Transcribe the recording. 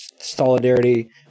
solidarity